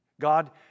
God